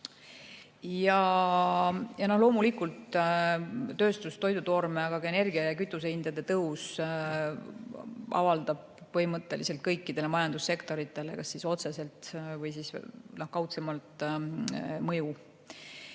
no loomulikult toidutoorme, aga ka energia- ja kütusehindade tõus avaldab põhimõtteliselt kõikidele majandussektoritele kas otseselt või kaudselt mõju.